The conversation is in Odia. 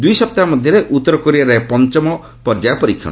ଦୁଇ ସପ୍ତାହ ମଧ୍ୟରେ ଉତ୍ତର କୋରିଆର ଏହା ପଞ୍ଚମ ପର୍ଯ୍ୟାୟ ପରୀକ୍ଷଣ